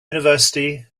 university